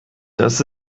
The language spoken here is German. das